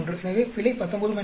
எனவே பிழை 19 3 என்பது 16